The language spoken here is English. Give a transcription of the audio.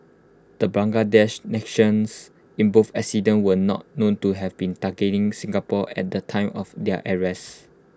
the Bangladeshi nationals in both incidents were not known to have been targeting Singapore at the time of their arrests